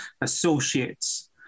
associates